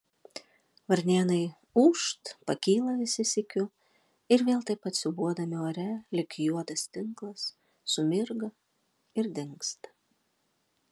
varnėnai ūžt pakyla visi sykiu ir vėl taip pat siūbuodami ore lyg juodas tinklas sumirga ir dingsta